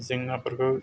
जेंनाफोरखौ